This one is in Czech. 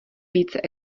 více